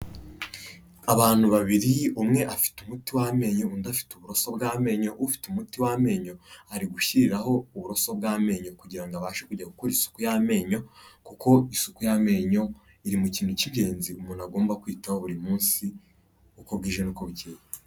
Abantu babiri, umwe afite umuti w'ameyo, undi afite uburoso bw'amenyo, ufite umuti w'amenyo ari gushyiriraho uburoso bw'amenyo kugira ngo abashe kujya gukora isuku y'amenyo kuko isuku y'amenyo iri mu kintu k'ingenzi umuntu agomba kwitaho buri munsi, uko bwije n'uko bukeye.